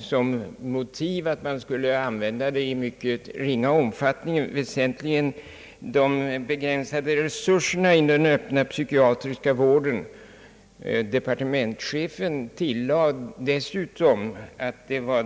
Som motiv för att man skulle tillgripa denna åtgärd endast i mycket ringa omfattning anförde strafflagberedningen väsentligen de begränsade resurserna inom den psykiatriska vården. - Departementschefen = tillade dessutom att det var